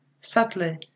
Sadly